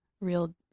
real